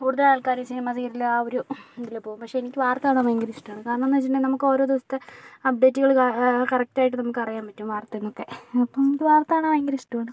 കൂടുതൽ ആൾക്കാരും cinema serial ആ ഒരു ഇതില് പോകും പക്ഷെ എനിക്ക് വാർത്ത കാണാൻ ഭയങ്കര ഇഷ്ടം ആണ് കാരണം എന്ന് വെച്ചിട്ടുണ്ടെങ്കിൽ നമുക്ക് ഓരോ ദിവസത്തെ അപ്ഡേറ്റുകള് കറക്റ്റ് ആയിട്ട് നമുക്ക് അറിയാൻ പറ്റും വാർത്തേന്നൊക്കെ അപ്പോൾ എനിക്ക് വാർത്ത കാണാൻ ഭയങ്കര ഇഷ്ടമാണ്